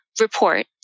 report